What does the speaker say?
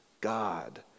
God